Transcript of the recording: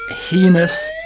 heinous